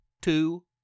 Two